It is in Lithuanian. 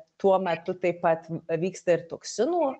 tuo metu taip pat vyksta ir toksinų